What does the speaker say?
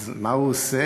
אז מה הוא עושה?